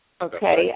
Okay